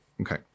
Okay